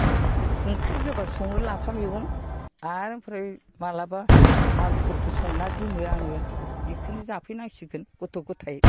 ओंख्रि गोबाब सङो लाफा मैगं आरो ओमफ्राय माब्लाबा आलुफोरखौ संना दोनो आङो बिखौनो जाफैनांसिगोन गथ' ग'थाइ